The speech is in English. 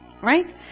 Right